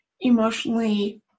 emotionally